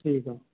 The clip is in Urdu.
ٹھیک ہے